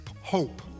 hope